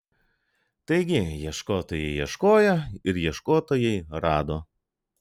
taigi ieškotojai ieškojo ir ieškotojai rado